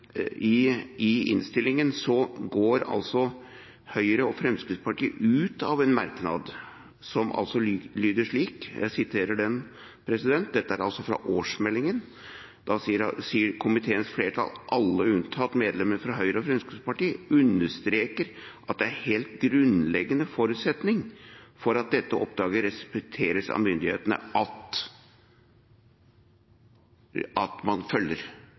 men i innstillingen om årsmeldingen for 2015 går Høyre og Fremskrittspartiet ut av en merknad som lyder slik: «Komiteens flertall, alle unntatt medlemmene fra Høyre og Fremskrittspartiet, understreker at det er en helt grunnleggende forutsetning for at dette oppdraget respekteres av myndighetene.» Altså: Man følger